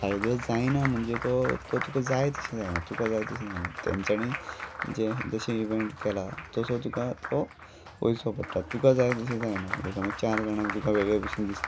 फायदो जायना म्हणजे तो तो तुका जाय तशें जायना तुका जाय तशें जायना तेंच्यानी जें जशें इवँट केला तसो तुका तो वयचो पडटा तुका जाय तशें जायना समज चार जाणांक तुका वेगळे भशेन दिसता